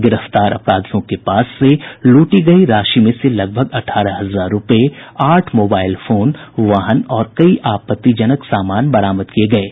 गिरफ्तार अपराधियों के पास से लूटी गयी राशि में से लगभग अठारह हजार रुपये आठ मोबाइल फोन वाहन और कई आपत्तिजनक सामान बरामद किये हैं